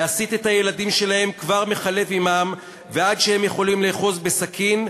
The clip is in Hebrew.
להסית את הילדים שלהם כבר מחלב אמם ועד שהם יכולים לאחוז בסכין,